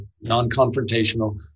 non-confrontational